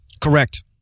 Correct